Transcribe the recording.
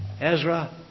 Ezra